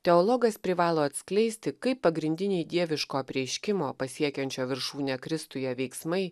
teologas privalo atskleisti kaip pagrindiniai dieviško apreiškimo pasiekiančio viršūnę kristuje veiksmai